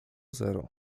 zero